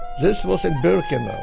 this was in birkenau.